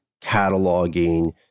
cataloging